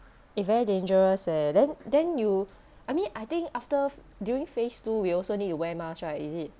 eh very dangerous eh then then you I mean I think after during phase two we also need to wear mask right is it